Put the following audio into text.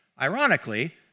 Ironically